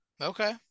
Okay